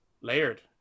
layered